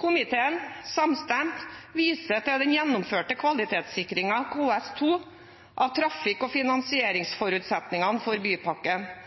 En samstemt komité viser til den gjennomførte kvalitetssikringen, KS2, av trafikk- og